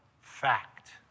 fact